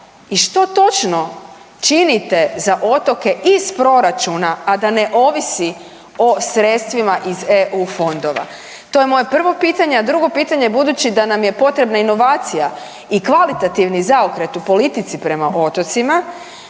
i što točno činite za otoke iz proračuna, a da ne ovisi o sredstvima iz EU fondova. To je moje prvo pitanje, a drugo pitanje, budući da nam je potrebna inovacija i kvalitativni zaokret u politici prema otocima,